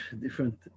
different